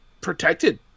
protected